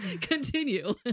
Continue